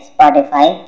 Spotify